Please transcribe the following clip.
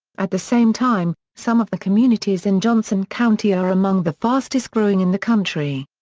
at the same time, some of the communities in johnson county are among the fastest-growing in the country.